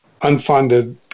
unfunded